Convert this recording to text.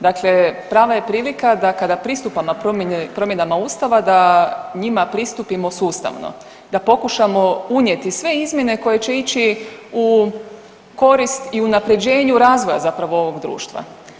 Dakle, prava je prilika da kada pristupamo promjenama Ustava njima pristupimo sustavno, da pokušamo unijeti sve izmjene koje će ići u korist i unapređenju razvoja zapravo ovog društva.